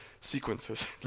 sequences